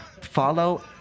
Follow